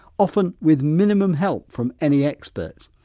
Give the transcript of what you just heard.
often with minimum help from any experts.